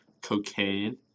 cocaine